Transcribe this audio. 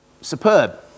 superb